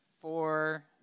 four